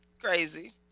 crazy